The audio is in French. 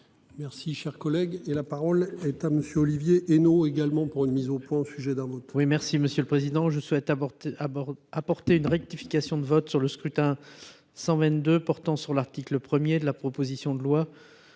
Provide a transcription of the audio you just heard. Merci cher collègue. Et la parole est à monsieur Olivier Henno également pour une mise au point, au sujet d'un autre.